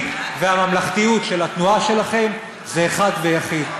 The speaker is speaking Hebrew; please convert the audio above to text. והממלכתיות של התנועה שלכם זה אחד ויחיד,